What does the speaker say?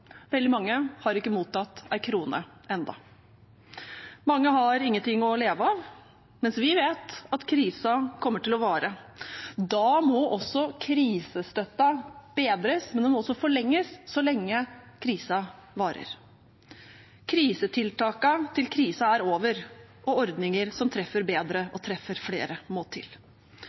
veldig mange har ikke mottatt en krone ennå. Mange har ingenting å leve av, men vi vet at krisen kommer til å vare. Da må også krisestøtten bedres, men den må også forlenges, så lenge krisen varer. Krisetiltak til krisen er over, og ordninger som treffer bedre og flere, må til.